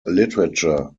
literature